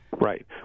Right